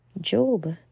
Job